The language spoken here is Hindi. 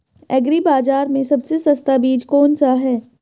एग्री बाज़ार में सबसे सस्ता बीज कौनसा है?